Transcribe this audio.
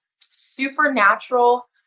supernatural